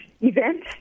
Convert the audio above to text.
event